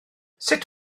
sut